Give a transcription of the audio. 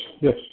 yes